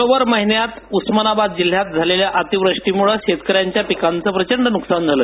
October महिन्यात उस्मानाबाद जिल्ह्यात झालेल्या अतिवृष्टीमुळे शेतकऱ्यांच्या पिकांचे प्रचंड न्कसान झालं